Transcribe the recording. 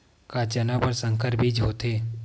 का चना बर संकर बीज होथे?